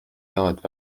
داد